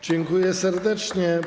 Dziękuję serdecznie.